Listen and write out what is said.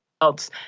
else